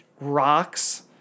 rocks